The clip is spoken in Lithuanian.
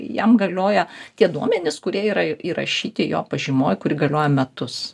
jam galioja tie duomenys kurie yra įrašyti jo pažymoj kuri galioja metus